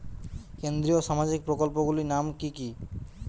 কেন্দ্রীয় সামাজিক প্রকল্পগুলি নাম কি কি?